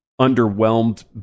underwhelmed